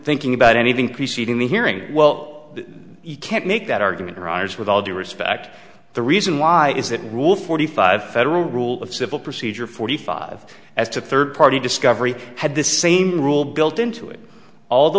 thinking about anything preceding the hearing well you can't make that argument or ours with all due respect the reason why is that rule forty five federal rule of civil procedure forty five as to third party discovery had the same rule built into it all the